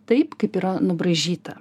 taip kaip yra nubraižyta